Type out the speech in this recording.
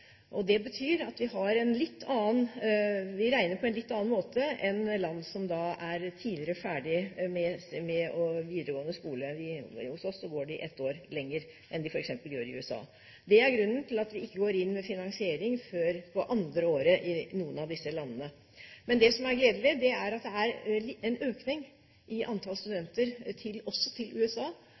Det betyr at vi regner på en litt annen måte enn land som er tidligere ferdig med videregående skole – hos oss går de ett år lenger enn de f.eks. gjør i USA. Det er grunnen til at vi ikke går inn med finansiering før i det andre året i noen av disse landene. Men det som er gledelig, er at det er en økning i antall studenter også til USA.